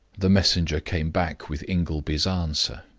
the messenger came back with ingleby's answer.